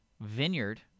Vineyard